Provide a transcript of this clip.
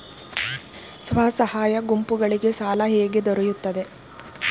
ಸ್ವಸಹಾಯ ಗುಂಪುಗಳಿಗೆ ಸಾಲ ಹೇಗೆ ದೊರೆಯುತ್ತದೆ?